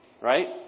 Right